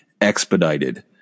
expedited